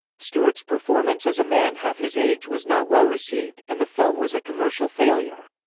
stewart's performance as a man half his age was not well received, and the film was a commercial failure.